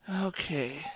Okay